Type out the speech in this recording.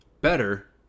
better